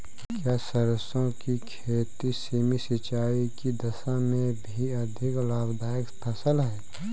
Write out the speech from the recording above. क्या सरसों की खेती सीमित सिंचाई की दशा में भी अधिक लाभदायक फसल है?